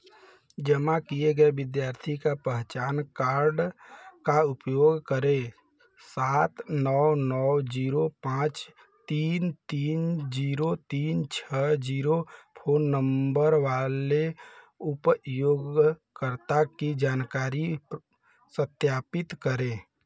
जमा किए गए विद्यार्थी का पहचान कार्ड का उपयोग करके सात नौ नौ जीरो पाँच तीन तीन जीरो तीन छः जीरो फ़ोन नंबर वाले उपयोगकर्ता की जानकारी सत्यापित करें